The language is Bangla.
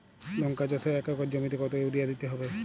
লংকা চাষে এক একর জমিতে কতো ইউরিয়া দিতে হবে?